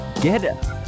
get